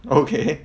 okay